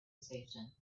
station